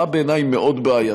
מה בעיני מאוד בעייתי?